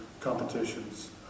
competitions